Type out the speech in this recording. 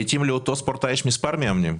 יש פה עוד סוגיה לעיתים לאותו ספורטאי יש מספר מאמנים.